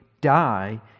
die